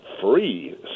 free